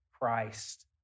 Christ